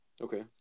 Okay